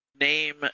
name